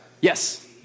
Yes